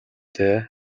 дээ